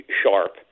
sharp